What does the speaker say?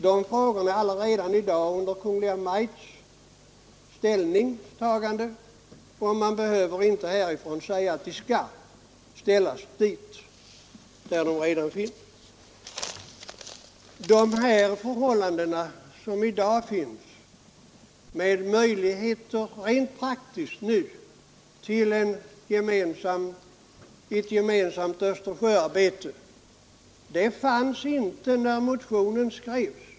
Dessa frågor har alltså redan förelagts Kungl. Maj:t, varför det inte från riksdagens sida behöver sägas, att de skall överlämnas dit. De ållanden, som i dag råder med möjligheter till ett rent praktiskt gemensamt Östersjöarbete, var inte rådande vid den tidpunkt när motionen skrevs.